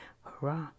hurrah